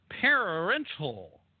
parental